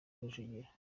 rujugira